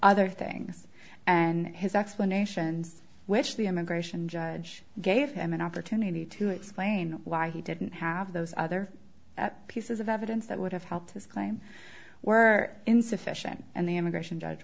other things and his explanations which the immigration judge gave him an opportunity to explain why he didn't have those other pieces of evidence that would have helped his claim were insufficient and the immigration judge